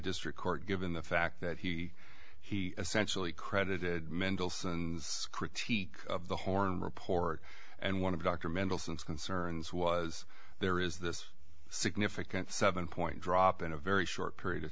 district court given the fact that he he essentially credited mendelson critique of the horn report and one of dr mendelsohn's concerns was there is this significant seven point drop in a very short period of